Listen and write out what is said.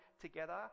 together